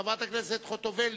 חברת הכנסת חוטובלי,